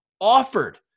offered